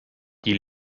die